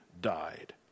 died